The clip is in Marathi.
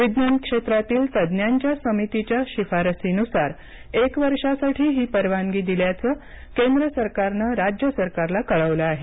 विज्ञान क्षेत्रातील तज्ज्ञांच्या समितीच्या शिफारसीनुसार एक वर्षासाठी ही परवानगी दिल्याचं केंद्र सरकारनं राज्य सरकारला कळवलं आहे